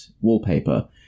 wallpaper